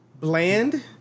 bland